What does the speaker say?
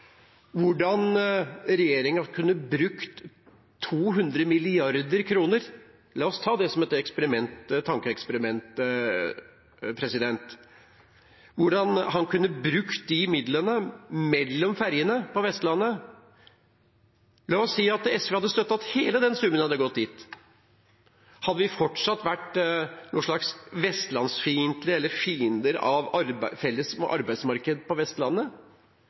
hvordan regjeringen kunne brukt 200 mrd. kr – la oss ta det som et tankeeksperiment – mellom fergene på Vestlandet? La oss si at SV hadde støttet at hele den summen hadde gått dit. Hadde vi fortsatt vært vestlandsfiendtlige eller fiender av et felles arbeidsmarked på Vestlandet?